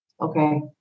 Okay